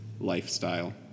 lifestyle